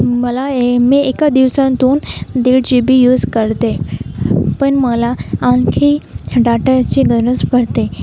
मला ए मी एका दिवसांतून दीड जी बी यूज करते पण मला आणखी डाटाची गरज पडते